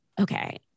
okay